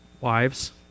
wives